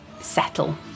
Settle